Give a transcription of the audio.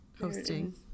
hosting